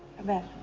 and,